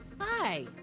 Hi